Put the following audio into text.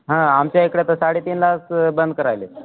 हां आमच्या इकडं तर साडेतीन लाख बंद करायले